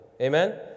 Amen